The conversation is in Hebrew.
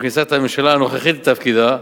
עם כניסת הממשלה הנוכחית לתפקידה,